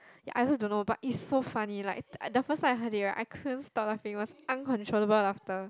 ya I also don't know but it's so funny like the first time I heard it right I couldn't stop laughing it was uncontrollable laughter